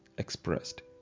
expressed